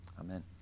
Amen